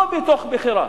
לא מתוך בחירה,